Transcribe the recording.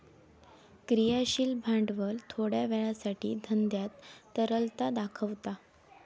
क्रियाशील भांडवल थोड्या वेळासाठी धंद्यात तरलता दाखवता